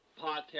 Podcast